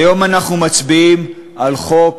היום אנחנו מצביעים על חוק